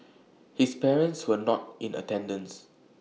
his parents were not in attendance